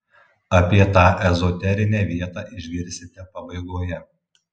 apie tą ezoterinę vietą išgirsite pabaigoje